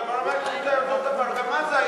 אבל ברמה העקרונית זה היה אותו דבר גם אז.